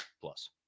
plus